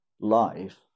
life